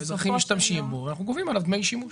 האזרחים משתמשים בו ואנחנו גובים עליו דמי שימוש.